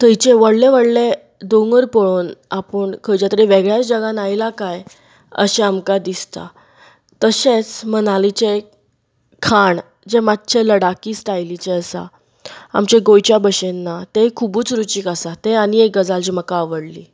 थंयचे व्हडले व्हडले दोंगर पळोवन आपूण खंयच्या तरी वेगळ्याच जगान आयला कांय अशें आमकां दिसता तशेंच मनालीचें खाण जे मातशे लडाकी स्टायलीचे आसा आमच्या गोंयच्या भशेन ना ते खुबूच रुचीक आसा ते आनी एक गजाल जी म्हाका आवडली